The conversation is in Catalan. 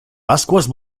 pasqües